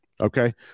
Okay